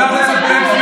הוא הגדיל את הווקף,